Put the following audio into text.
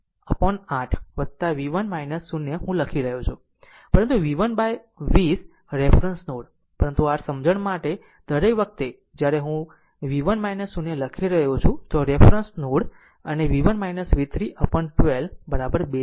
આમ v1 v2 upon 8 v1 0 હું લખી રહ્યો છું પરંતુ v 1 બાય 20 રેફરન્સ નોડ પરંતુ r સમજણ માટે દરેક વખતે જ્યારે હું v 1 0 લખી રહ્યો છું તો રેફરન્સ નોડ અને v1 v3 upon 12 2 થશે